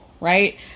right